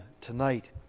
tonight